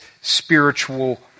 spiritual